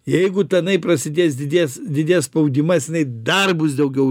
jeigu tenai prasidės didės didės spaudimas jinai dar bus daugiau